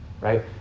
right